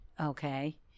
okay